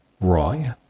Roy